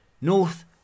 north